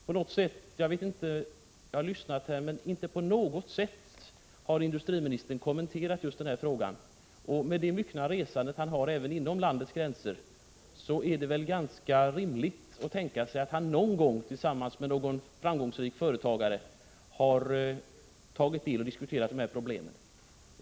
Jag har lyssnat till debatten, men inte på något sätt har industriministern kommenterat just denna fråga. Med det myckna resande som industriministern har även inom landets gränser är det väl ganska rimligt att tänka sig att han någon gång tillsammans med en framgångsrik företagare har diskuterat de här problemen.